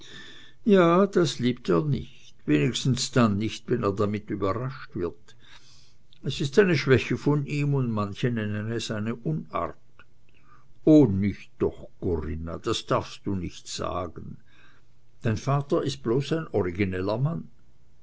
ja das liebt er nicht wenigstens dann nicht wenn er damit überrascht wird es ist eine schwäche von ihm und manche nennen es eine unart oh nicht doch corinna das darfst du nicht sagen dein vater ist bloß ein origineller mann